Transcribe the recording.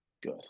good